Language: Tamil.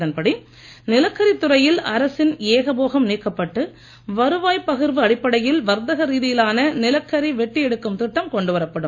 இதன்படி நிலக்கரி துறையில் அரசின் ஏக போகம் நீக்கப்பட்டு வருவாய்ப் பகிர்வு அடிப்படையில் வர்த்தக ரீதியிலான நிலக்கரி வெட்டி எடுக்கும் திட்டம் கொண்டு வரப்படும்